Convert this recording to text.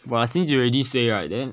!wah! since you already say right then